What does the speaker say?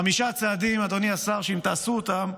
חמישה צעדים, אדוני השר, שאם תעשו אותם,